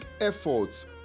Efforts